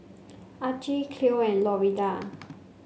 Archie Cleo and Lorinda